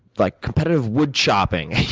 like competitive wood chopping,